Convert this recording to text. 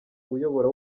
uyobora